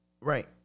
Right